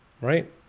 right